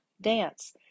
dance